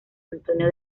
antonio